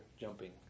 jumping